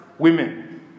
women